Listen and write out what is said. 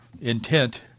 intent